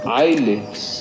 eyelids